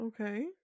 Okay